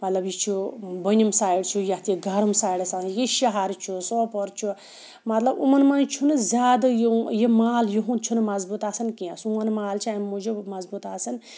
مَطلَب یہِ چھُ بٔنِم سایڈٕ چھُ یَتھ یہِ گَرٕم سایڈَس یہِ شَہَر چھُ سوپور چھُ مَطلَب یِمَن مَنٛز چھُنہٕ زیادٕ یہِ مال یُہُنٛد چھُنہٕ مَضبوٗط آسان کینٛہہ سون مال چھُ امہِ موٗجوٗب مَضبوٗط آسان